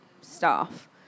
staff